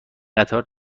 قطار